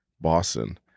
Boston